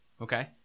Okay